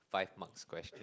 five marks question